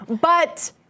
but-